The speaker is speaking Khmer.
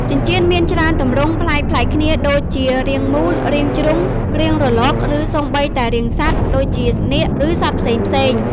ចិញ្ចៀនមាន ច្រើនទម្រង់ ប្លែកៗគ្នាដូចជា រាងមូល រាងជ្រុង រាងរលក ឬសូម្បីតែរាងសត្វ (ដូចជានាគ ឬសត្វផ្សេងៗ)។